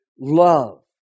love